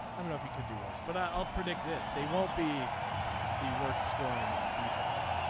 i don't know if he could do worse but i'll predict this. they won't be the worst scoring defense.